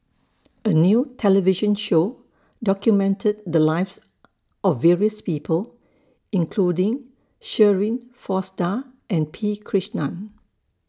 A New television Show documented The Lives of various People including Shirin Fozdar and P Krishnan